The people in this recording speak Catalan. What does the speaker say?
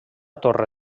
torre